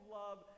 love